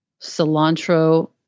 cilantro